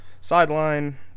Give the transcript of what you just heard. sideline